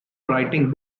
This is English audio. writing